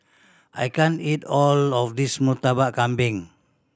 I can't eat all of this Murtabak Kambing